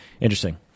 Interesting